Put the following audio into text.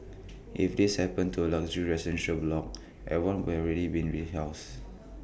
if this happened to A luxury residential block everyone would already been rehoused